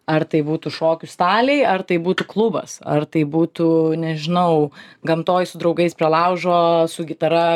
ar tai būtų šokių staliai ar tai būtų klubas ar tai būtų nežinau gamtoj su draugais prie laužo su gitara